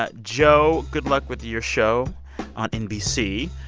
ah joe, good luck with your show on nbc.